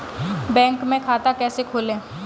Bank में खाता कैसे खोलें?